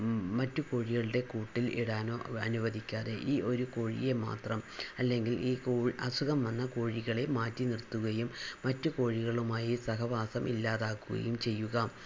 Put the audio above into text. മറ്റു കോഴികളുടെ കൂട്ടിൽ ഇടാനൊ അനുവദിക്കാതെ ഈ ഒരു കോഴിയെ മാത്രം അല്ലെങ്കിൽ ഇ അസുഖം വന്ന കോഴികളെ മാറ്റി നിർത്തുകയും മറ്റു കോഴികളുമായി സഹവാസം ഇല്ലാതാക്കുകയും ചെയ്യുക